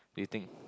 do you think